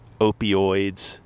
opioids